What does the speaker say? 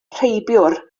rheibiwr